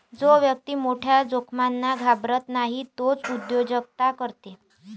जो व्यक्ती मोठ्या जोखमींना घाबरत नाही तोच उद्योजकता करते